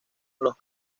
los